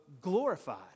glorified